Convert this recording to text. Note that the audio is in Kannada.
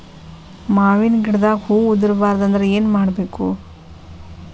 ಮಾವಿನ ಗಿಡದಾಗ ಹೂವು ಉದುರು ಬಾರದಂದ್ರ ಏನು ಮಾಡಬೇಕು?